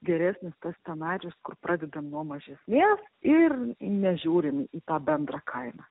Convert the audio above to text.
geresnis tas scenarijus kur pradedam nuo mažesnės ir nežiūrim į tą bendrą kainą